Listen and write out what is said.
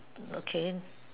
okay